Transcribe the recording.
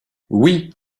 oui